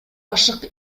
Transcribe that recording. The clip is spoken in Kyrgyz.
ашык